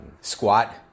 squat